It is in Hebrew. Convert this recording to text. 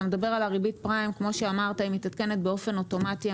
אתה מדבר על ריבית הפריים שמתעדכנת באופן אוטומטי,